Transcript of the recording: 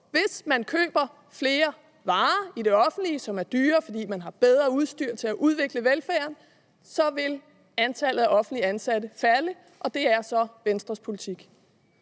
hvis man køber flere varer i det offentlige, som er dyrere, fordi man har bedre udstyr til at udvikle velfærden, vil antallet af offentligt ansatte falde. Det er så Venstres politik.